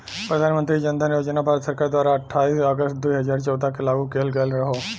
प्रधान मंत्री जन धन योजना भारत सरकार द्वारा अठाईस अगस्त दुई हजार चौदह के लागू किहल गयल हौ